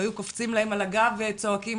והיו קופצים להם על הגב וצועקים,